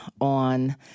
on